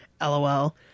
LOL